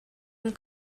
him